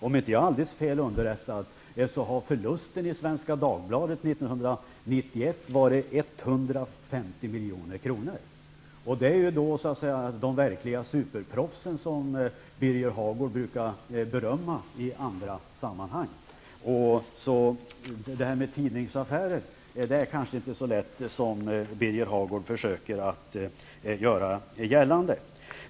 Om jag inte är fel underrättad, har förlusten i Svenska Dagbladet 1991 varit 150 milj.kr. Där finns då de verkliga superproffsen, som Birger Hagård brukar berömma i andra sammanhang. Så det med tidningsaffärer är kanske inte så lätt som Birger Hagård försöker göra gällande.